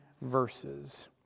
verses